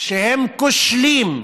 שהם כושלים,